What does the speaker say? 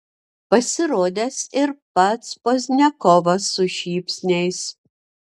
pasirodęs ir pats pozdniakovas su šypsniais